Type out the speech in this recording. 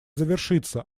завершится